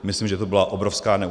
Myslím, že to byla obrovská neúcta.